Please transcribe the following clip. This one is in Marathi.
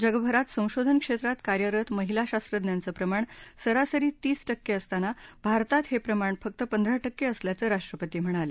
जगभरात संशोधन क्षेत्रात कार्यरत महिला शास्त्रज्ञांचं प्रमाण सरासरी तीस टक्के असताना भारतात हे प्रमाण फक्त पंधरा टक्के असल्याचं राष्ट्रपती म्हणाले